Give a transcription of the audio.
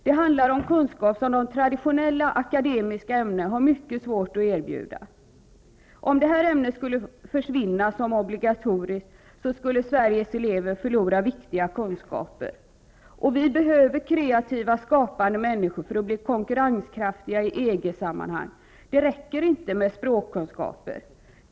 Det handlar om kunskap som de traditionella akademiska ämnena har mycket svårt att erbjuda. Om det här ämnet skulle försvinna som obligatoriskt ämne, skulle Sveriges elever förlora viktiga kunskaper. Vi behöver kreativa, skapande människor för att bli konkurrenskraftiga i EG sammanhang. Det räcker inte med språkkunskaper.